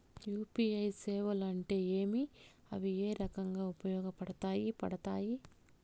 UPI సేవలు అంటే ఏమి, అవి ఏ రకంగా ఉపయోగపడతాయి పడతాయి?